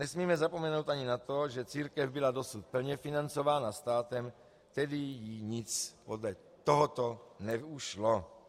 Nesmíme zapomenout ani na to, že církev byla dosud plně financována státem, tedy jí nic podle tohoto neušlo.